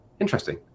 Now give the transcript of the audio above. interesting